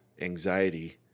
anxiety